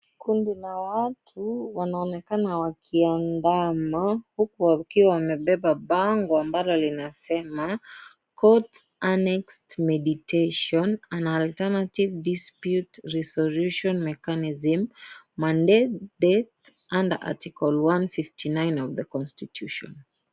Kundi la watu wanaonekana wakiandama huku wakiwa wamebeba bango ambalo linasema Court Annexed Mediation, an alternative dispute resolution mechanism mandated under article 159 of the constitution .